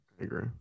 Agree